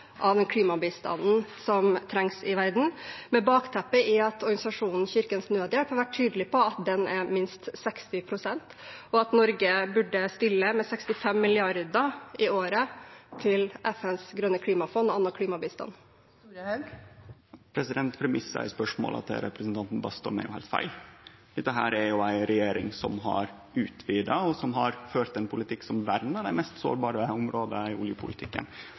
av klimabistanden som trengs i verden, med bakteppe i at organisasjonen Kirkens Nødhjelp har vært tydelig på at den er minst 60 pst., og at Norge burde stille med 65 mrd. kr i året til FNs grønne klimafond og annen klimabistand? Premissa i spørsmåla til representanten Bastholm er heilt feil. Dette er ei regjering som har utvida, og som har ført ein politikk vernar dei mest sårbare områda i oljepolitikken.